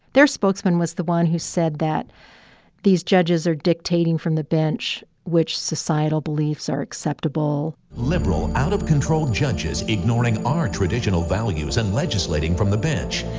their spokesman was the one who said that these judges are dictating from the bench which societal beliefs are acceptable liberal, out-of-control judges ignoring our traditional values and legislating from the bench,